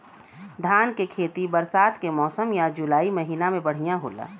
धान के खेती बरसात के मौसम या जुलाई महीना में बढ़ियां होला?